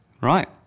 right